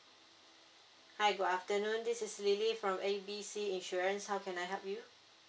hi good afternoon this is lily from A B C insurance how can I help you